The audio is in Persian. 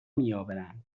میآورند